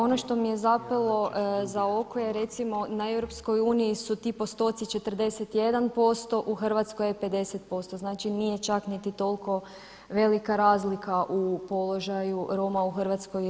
Ono što mi je zapelo za oko je recimo na EU su ti postoci 41% u Hrvatskoj je 50%, znači nije čak niti toliko velika razlika u položaju Roma u Hrvatskoj i u EU.